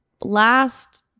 last